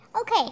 Okay